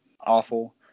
awful